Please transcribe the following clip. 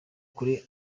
kuri